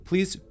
Please